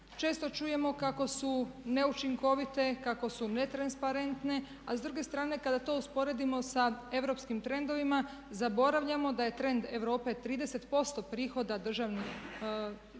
Često čujemo kako su neučinkovite, kako su netransparentne, ali s druge strane kada to usporedimo sa europskim trendovima zaboravljamo da je trend Europe 30% prihoda državnog